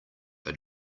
are